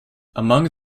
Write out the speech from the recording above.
among